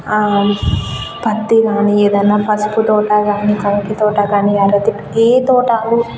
పత్తి కాని ఏదన్నా పసుపు తోట కాని కలుపు తోట కాని లేకపోతే ఏ తోట